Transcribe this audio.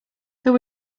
there